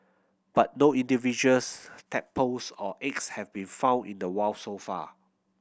but no individuals tadpoles or eggs have been found in the wild so far